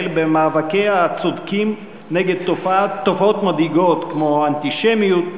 במאבקיה הצודקים נגד תופעות מדאיגות כמו האנטישמיות,